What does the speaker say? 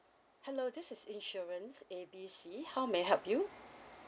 hello this is insurance A B C how may I help you